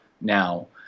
now